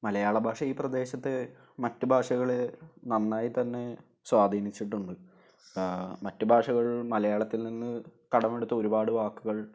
മലയാള ഭാഷ ഈ പ്രദേശത്തെ മറ്റു ഭാഷകളെ നന്നായിത്തന്നെ സ്വാധീനിച്ചിട്ടുണ്ട് മറ്റു ഭാഷകൾ മലയാളത്തിൽ നിന്ന് കടമെടുത്ത ഒരുപാട് വാക്കുകൾ